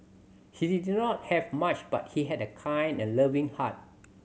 he did not have much but he had a kind and loving heart